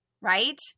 Right